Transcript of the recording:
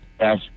Yes